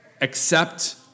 accept